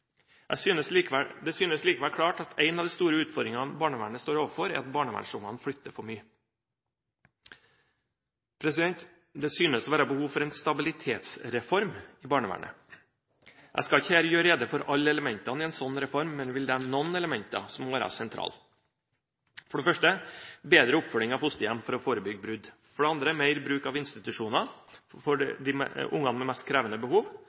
Det synes likevel klart at en av de store utfordringene barnevernet står overfor, er at barnevernsbarna flytter for mye. Det synes å være behov for en stabilitetsreform i barnevernet. Jeg skal ikke her gjøre rede for alle elementene i en slik reform, men jeg vil nevne noen elementer som må være sentrale. For det første: bedre oppfølging av fosterhjem, for å forebygge brudd. For det andre: mer bruk av institusjoner for barna med mest krevende behov,